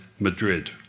Madrid